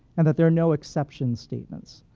and that they're no exception statements.